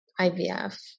IVF